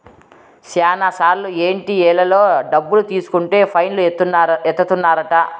శ్యానా సార్లు ఏటిఎంలలో డబ్బులు తీసుకుంటే ఫైన్ లు ఏత్తన్నారు